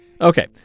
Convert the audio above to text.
Okay